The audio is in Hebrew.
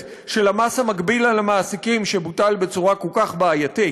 של המס המקביל על המעסיקים שבוטל בצורה כל כך בעייתית.